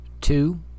two